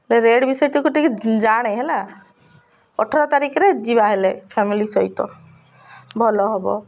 ହେଲେ ରେଟ୍ ବିଷୟଟିକୁ ଟିକେ ଜାଣେ ହେଲା ଅଠର ତାରିଖରେ ଯିବା ହେଲେ ଫ୍ୟାମିଲି ସହିତ ଭଲ ହେବ